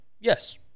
Yes